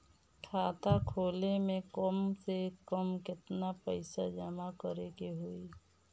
खाता खोले में कम से कम केतना पइसा जमा करे के होई?